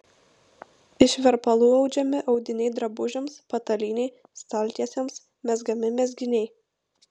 iš verpalų audžiami audiniai drabužiams patalynei staltiesėms mezgami mezginiai